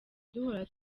duhora